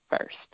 first